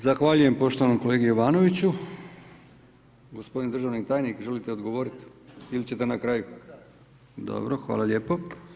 Zahvaljujem poštovanom kolegi Jovanoviću, gospodine državni tajnik, želite li odgovoriti ili ćete na kraju? … [[Upadica se ne čuje.]] Dobro, hvala lijepo.